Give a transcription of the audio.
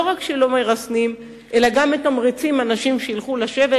לא רק שלא מרסנים אלא גם מתמרצים אנשים שילכו לשבת,